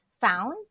found